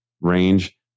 range